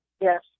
Yes